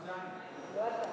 הסודאני.